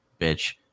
bitch